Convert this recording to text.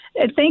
Thank